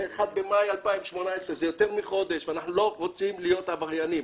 ואנחנו לא רוצים להיות עבריינים.